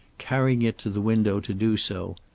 carrying it to the window to do so.